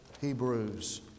Hebrews